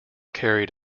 carried